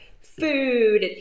food